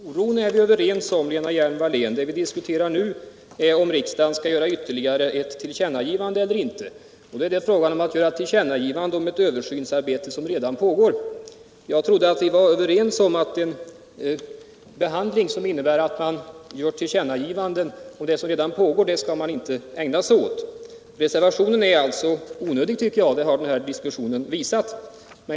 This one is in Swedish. Herr talman! Oron är vi överens om att känna, men vad vi nu diskuterar är om riksdagen skall göra ytterligare ett tillkännagivande eller inte. Nu är det fråga om ett tillkännagivande av ett översynsarbete som redan pågår. Jag trodde vi var överens om att man inte skall ägna sig åt behandling som innebär tillkännagivanden av sådana saker som redan pågår. Reservationen är alltså onödig; det tycker jag att den här diskussionen har visat.